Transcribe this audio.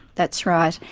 that's right.